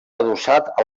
adossat